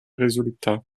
résultats